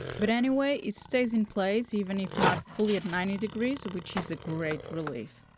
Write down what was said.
but anyway, it stays in place, even if not fully at ninety degrees, which is a great relief.